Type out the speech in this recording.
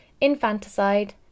infanticide